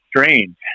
strange